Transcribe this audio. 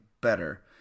better